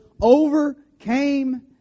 overcame